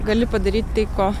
gali padaryt tai ko